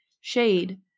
Shade